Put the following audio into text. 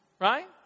right